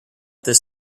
this